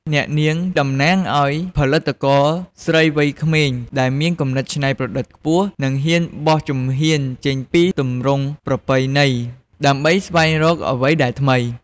អ្នកនាងតំណាងឱ្យផលិតករស្រីវ័យក្មេង ដែលមានគំនិតច្នៃប្រឌិតខ្ពស់ និងហ៊ានបោះជំហានចេញពីទម្រង់ប្រពៃណី ដើម្បីស្វែងរកអ្វីដែលថ្មី។